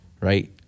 right